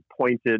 pointed